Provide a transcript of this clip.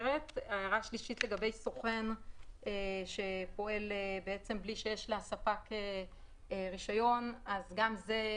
לגבי סוכן שפועל בלי שיש לספק רישיון - גם זה,